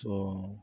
so